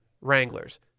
Wranglers